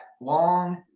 long